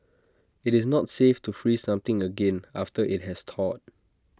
IT is not safe to freeze something again after IT has thawed